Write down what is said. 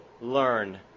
learn